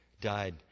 died